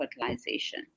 fertilization